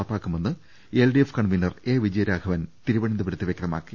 നടപ്പാക്കുമെന്ന് LDF convener A Vijayaraghavan തിരുവനന്തപുരത്ത് വ്യക്ത മാക്കി